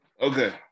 Okay